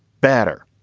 badder.